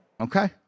okay